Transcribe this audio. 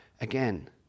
again